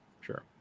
sure